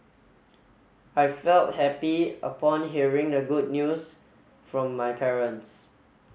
I felt happy upon hearing the good news from my parents